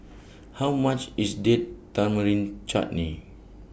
How much IS Date Tamarind Chutney